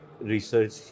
Research